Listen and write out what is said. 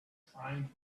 trying